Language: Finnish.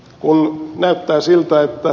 kun näyttää siltä että